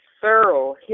thorough